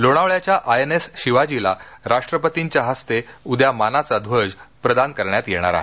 लोणावळ्याच्या I N S शिवाजीला राष्ट्रपतींच्या हस्ते उद्या मानाचा ध्वज प्रदान करण्यात येणार आहे